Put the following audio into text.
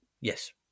Yes